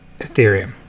Ethereum